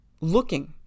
looking